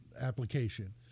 application